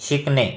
शिकणे